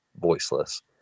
voiceless